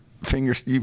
Fingers